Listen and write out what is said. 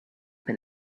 been